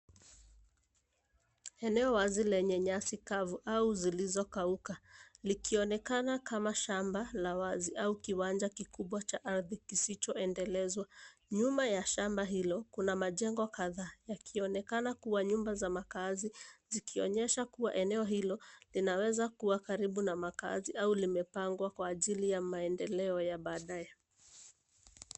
Eneo wazi lenye nyasi kavu au zilizokauka likionekana kama shamba la wazi au kiwanja kikubwa cha ardhi kisichoendelezwa. Nyuma ya shamba hilo, kuna majengo kadhaa yakionekana kuwa nyumba za makaazi, zikionyesha kuwa eneo hilo linawezakuwa karibu na makaazi au limepangwa kwa ajili ya maendeleo ya baadaye.